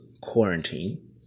quarantine